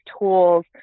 tools